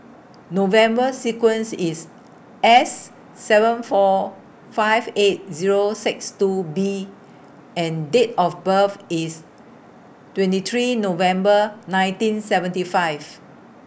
November sequence IS S seven four five eight Zero six two B and Date of birth IS twenty three November nineteen seventy five